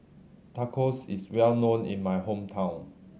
tacos is well known in my hometown